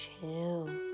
chill